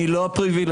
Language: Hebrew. אני לא פריבילג.